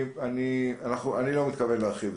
אני לא מתכוון להרחיב.